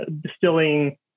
distilling